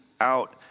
out